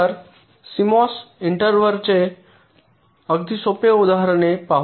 तर सीएमओएस इन्व्हर्टरचे अगदी सोपे उदाहरणे पाहू